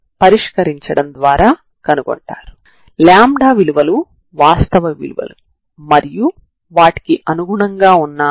కాబట్టి ఇప్పుడు మీరు రెండు వైపులా దృష్ట్యా 0 నుండి 0 వరకు సమాకలనం చేస్తారు